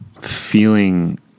feeling